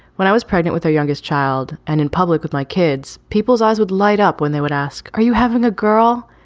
when i was pregnant with our youngest child and in public with my kids, people's eyes would light up when they would ask, are you having a girl?